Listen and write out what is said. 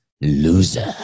loser